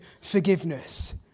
forgiveness